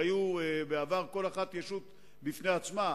שהיו בעבר כל אחת בפני עצמה,